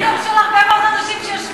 הוא מנטור של הרבה מאוד אנשים שיושבים כאן.